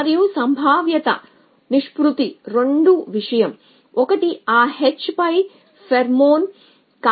మరియు సంభావ్యత నిష్పత్తి 2 విషయం ఒకటి ఆ h పై ఫెరోమోన్ కాలిబాట ఎంత బలంగా ఉంది